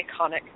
iconic